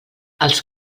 els